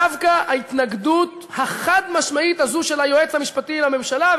דווקא ההתנגדות החד-משמעית הזאת של היועץ המשפטי לממשלה,